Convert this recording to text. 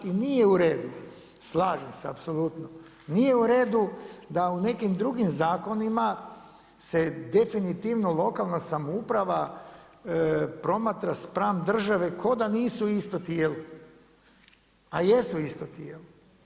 I nije u redu, slažem se apsolutno, nije u redu da u nekim drugim zakonima se definitivno lokalna samouprava promatra spram države kao da nisu isto tijelo a jesu isto tijelo.